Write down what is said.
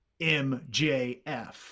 mjf